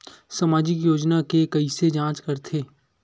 सामाजिक योजना के कइसे जांच करथे?